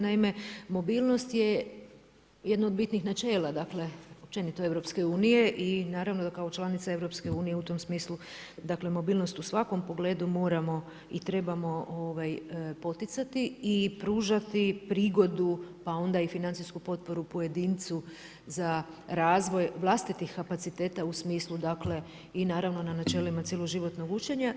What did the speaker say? Naime, mobilnost je jedna od bitnih načela dakle općenito EU i naravno da kao članica EU, u tom smislu, dakle mobilnost u svakom pogledu moramo i trebamo poticati i pružati prigodu, pa onda i financijsku potporu pojedincu za razvoj vlastitih kapaciteta u smislu dakle i naravno na načelima cjeloživotnog učenja.